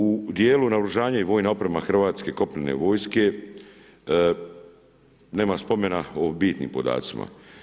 U dijelu naoružanje i vojna oprema hrvatske kopnene vojske nema spomena o bitnim podacima.